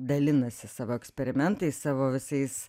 dalinasi savo eksperimentais savo visais